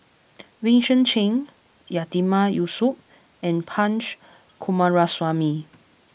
Vincent Cheng Yatiman Yusof and Punch Coomaraswamy